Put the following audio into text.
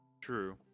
true